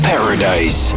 Paradise